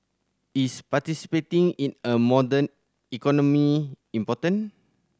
is participating in a modern economy important